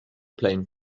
plane